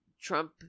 Trump